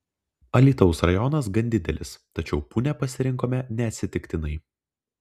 alytaus rajonas gan didelis tačiau punią pasirinkome neatsitiktinai